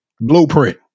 Blueprint